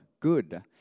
Good